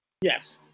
Yes